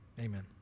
amen